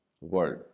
world